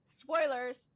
Spoilers